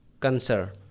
cancer